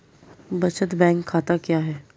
बचत बैंक खाता क्या है?